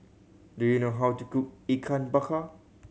do you know how to cook Ikan Bakar